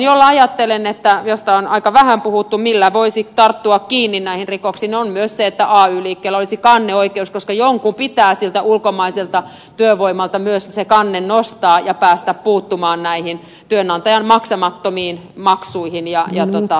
toinen keino josta on aika vähän puhuttu ja jolla ajattelen että voisi tarttua kiinni näihin rikoksiin on myös se että ay liikkeellä olisi kanneoikeus koska jonkun siitä ulkomaisesta työvoimasta pitää myös se kanne nostaa ja päästä puuttumaan näihin työnantajan maksamattomiin maksuihin ja sitä kautta rikolliseen toimintaan